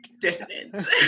dissonance